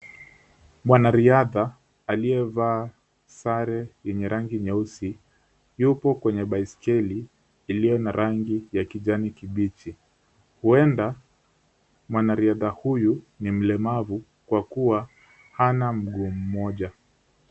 Mwanariadha aliyevaa sare yenye rangi nyeusi yupo kwenye baiskeli iliyo na rangi ya kijani kibichi. Huenda mwanariadha huyu ni mlemavu kwa kuwa hana mguu mmoja.